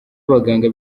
abaganga